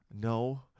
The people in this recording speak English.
No